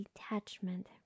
detachment